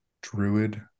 druid